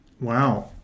Wow